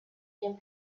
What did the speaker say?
can